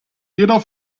jeder